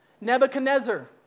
Nebuchadnezzar